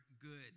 good